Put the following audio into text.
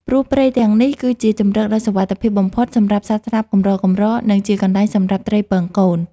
ព្រោះព្រៃទាំងនេះគឺជាជម្រកដ៏សុវត្ថិភាពបំផុតសម្រាប់សត្វស្លាបកម្រៗ និងជាកន្លែងសម្រាប់ត្រីពងកូន។